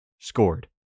scored